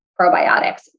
probiotics